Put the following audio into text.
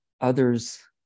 others